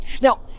Now